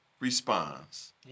responds